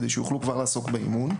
כדי שכבר יוכלו לעסוק באימון,